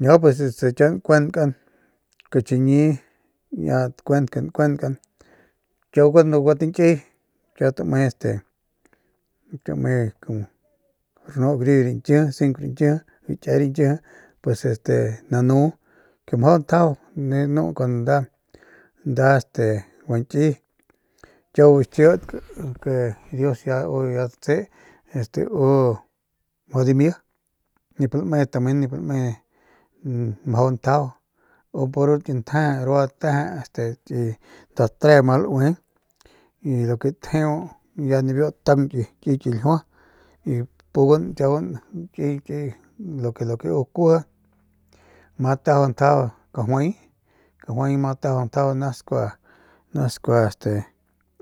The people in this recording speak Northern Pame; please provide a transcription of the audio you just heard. No pues kiau nkuenkan que chiñi nkuenkan nkuenkan kiau kun gua tañkiy kiau tame este kiau tame rnu gariuy takiay rañkiji pues este nanu ke mjau ntjajau jikan nukan que nda gua ñkiy kiau bu xikidk u este diosu ya datse este u mjau dimi niplame tamen nip lame mjau ntjajau u pur ki ntjee rua teje este ki nda tre ma laue y de lo que tjeu de biu taung kiy ki ljiua y pugan kiy kiy lu ke u kuiji ma tajau ntjajau kajuay ma tajaju njtjajau naskua naskua este